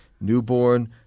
newborn